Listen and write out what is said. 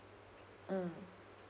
mm